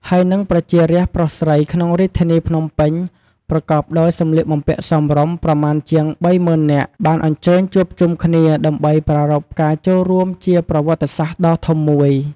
ហើយនឹង ប្រជារាស្ត្រប្រុសស្រីក្នុងរាជធានីភ្នំពេញប្រកបដោយសម្លៀកបំពាក់សមរម្យ ប្រមាណជាង ៣០,០០០ នាក់ បានអញ្ជើញជួបជុំគ្នា ដើម្បីប្រារព្វការចូលរួមជាប្រវត្តិសាស្ត្រដ៏ធំមួយ។